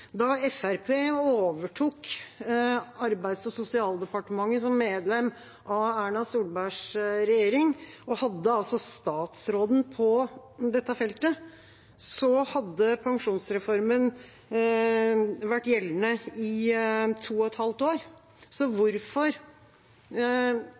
da Fremskrittspartiet overtok Arbeids- og sosialdepartementet som medlem av Erna Solbergs regjering, og altså hadde statsråden på dette feltet, hadde pensjonsreformen vært gjeldende i to og et halvt år. Så